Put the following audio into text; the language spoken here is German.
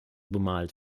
bemalt